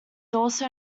also